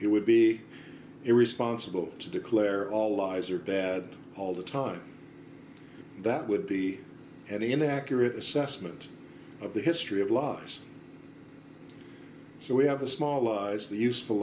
it would be irresponsible to declare all lies are bad all the time that would be at an accurate assessment of the history of laws so we have a small lies the useful